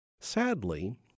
Sadly